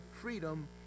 freedom